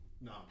No